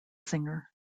singer